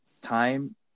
time